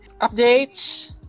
updates